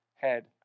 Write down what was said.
head